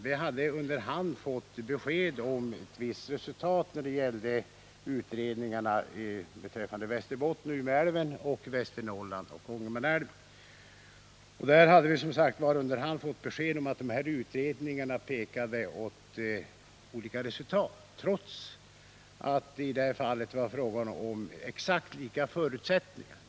Under hand hade vi fått besked om ett visst resultat när det gällde utredningarna beträffande Västerbottens län och Umeälven samt Västernorrlands län och Ångermanälven. Utredningarna visade på olika resultat, trots att det i detta fall var fråga om exakt samma förutsättningar.